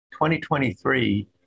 2023